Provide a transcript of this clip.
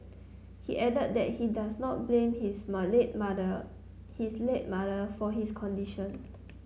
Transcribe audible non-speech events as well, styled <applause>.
he added that he does not blame his <unintelligible> mother his late mother for his condition